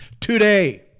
Today